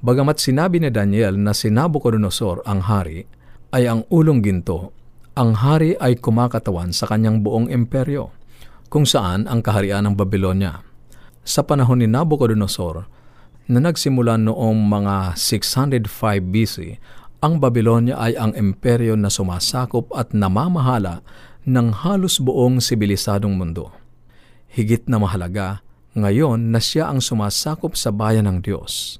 Bagamat sinabi ni Daniel na si Nabucodonosor ang hari, ay ang ulong ginto, ang hari ay kumakatawan sa kanyang buong imperyo, kung saan ang kaharian ng Babylonia. Sa panahon ni Nabucodonosor, na nagsimula noong mga 605 B.C., ang Babylonia ay ang imperyo na sumasakop at namamahala ng halos buong sibilisadong mundo. Higit na mahalaga, ngayon na siya ang sumasakop sa bayan ng Diyos.